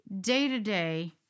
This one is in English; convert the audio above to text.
day-to-day